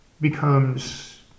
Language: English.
becomes